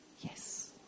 Yes